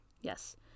Yes